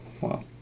Wow